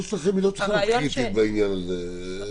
שלכם לא צריכה להיות קריטית בעניין הזה.